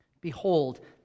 Behold